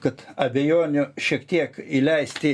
kad abejonių šiek tiek įleisti